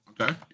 Okay